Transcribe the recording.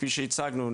כפי שהצגנו,